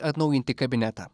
atnaujinti kabinetą